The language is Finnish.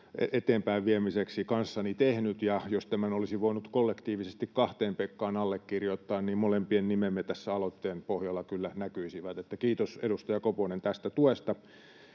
eteenpäin viemiseksi kanssani tehnyt, ja jos tämän olisi voinut kollektiivisesti kahteen pekkaan allekirjoittaa, niin meidän molempien nimet tässä aloitteen pohjalla kyllä näkyisivät. Että kiitos, edustaja Koponen, tästä tuesta